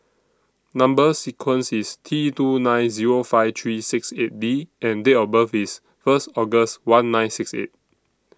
Number sequence IS T two nine Zero five three six eight D and Date of birth IS First August one nine six eight